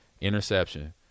Interception